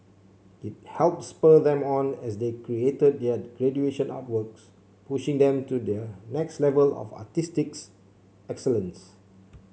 it helped spur them on as they created their graduation artworks pushing them to the next level of artistic's excellence